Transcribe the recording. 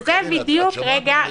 וזה בדיוק --- שמעת מה שאמרתי?